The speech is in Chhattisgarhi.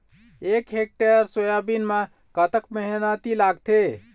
एक हेक्टेयर सोयाबीन म कतक मेहनती लागथे?